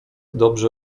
dobrze